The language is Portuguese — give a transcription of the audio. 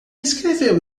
escreveu